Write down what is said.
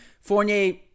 Fournier